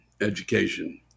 education